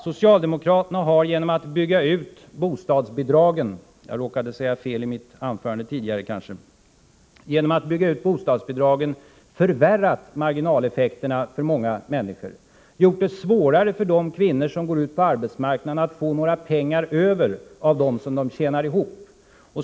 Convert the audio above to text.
Socialdemokraterna har genom att bygga ut bostadsbidragen förvärrat marginaleffekterna för många människor och gjort det svårare för de kvinnor som går ut på arbetsmarknaden att få något över av de pengar de tjänar ihop.